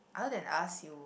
other than us you